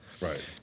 Right